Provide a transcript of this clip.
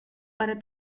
para